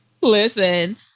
Listen